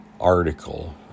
article